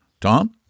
Tom